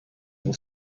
will